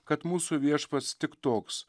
kad mūsų viešpats tik toks